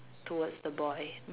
towards the boy